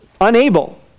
Unable